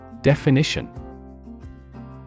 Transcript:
Definition